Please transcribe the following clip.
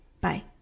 Bye